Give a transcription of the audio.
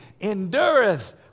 endureth